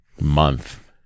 month